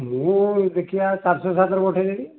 ମୁଁ ଦେଖିବା ଚାରିଶହ ସାତର ପଠେଇଦେବି